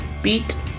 Beat